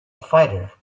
fighter